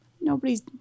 nobody's